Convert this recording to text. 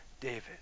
David